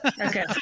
okay